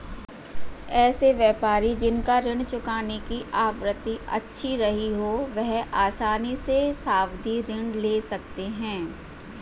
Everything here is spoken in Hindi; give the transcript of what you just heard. ऐसे व्यापारी जिन का ऋण चुकाने की आवृत्ति अच्छी रही हो वह आसानी से सावधि ऋण ले सकते हैं